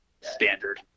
standard